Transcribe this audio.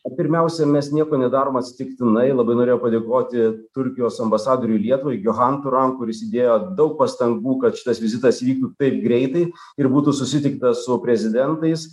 o pirmiausia mes nieko nedarom atsitiktinai labai norėjau padėkoti turkijos ambasadoriui lietuvai giohanturam kuris įdėjo daug pastangų kad šitas vizitas įvyktų taip greitai ir būtų susitikta su prezidentais